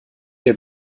dir